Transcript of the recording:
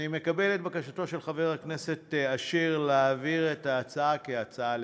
אני מקבל את בקשתו של חבר הכנסת אשר להעביר את ההצעה כהצעה לסדר-היום.